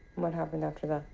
what happened after that?